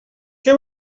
què